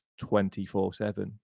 24-7